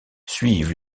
suivent